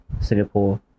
Singapore